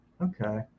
Okay